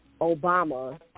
Obama